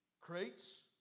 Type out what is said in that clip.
crates